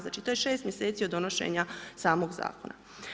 Znači, to je 6 mjeseci od donošenja samog Zakona.